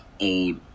old